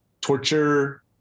torture